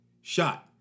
shot